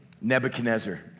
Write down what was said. Nebuchadnezzar